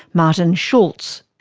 martin schulz?